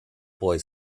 boy